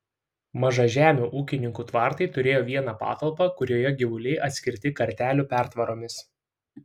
mažažemių ūkininkų tvartai turėjo vieną patalpą kurioje gyvuliai atskirti kartelių pertvaromis